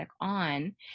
on